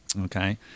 okay